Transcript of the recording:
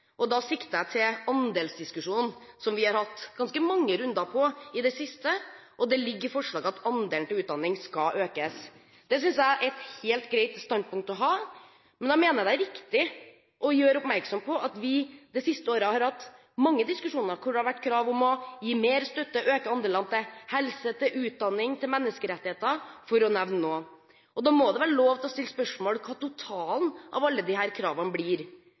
og da sikter jeg til andelsdiskusjonen, som vi har hatt ganske mange runder på i det siste. Det ligger i forslaget at andelen til utdanning skal økes. Det synes jeg er et helt greit standpunkt å ha, men jeg mener det er riktig å gjøre oppmerksom på at vi det siste året har hatt mange diskusjoner hvor det har vært krav om å gi mer støtte og øke andelen til helse, til utdanning og til menneskerettigheter, for å nevne noe. Da må det være lov å stille spørsmål om hva totalen av alle disse kravene blir,